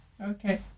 Okay